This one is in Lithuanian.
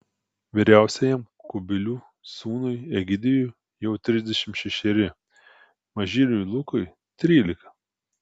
vyriausiajam kubilių sūnui egidijui jau trisdešimt šešeri mažyliui lukui trylika